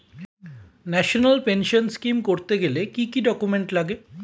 National pension scheme করতে গেলে কি কি ডকুমেন্ট লাগে?